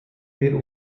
wir